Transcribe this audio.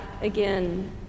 again